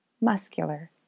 muscular